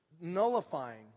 nullifying